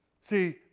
See